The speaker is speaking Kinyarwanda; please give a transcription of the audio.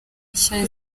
nshya